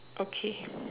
okay